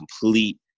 complete